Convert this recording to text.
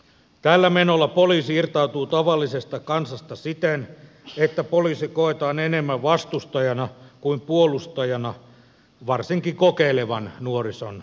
tällä menolla poliisi irtautuu tavallisesta kansasta siten että poliisi koetaan enemmän vastustajaksi kuin puolustajaksi varsinkin kokeilevan nuorison keskuudessa